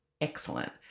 excellent